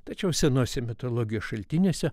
tačiau senose mitologijos šaltiniuose